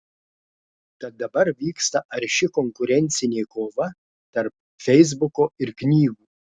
tad dabar vyksta arši konkurencinė kova tarp feisbuko ir knygų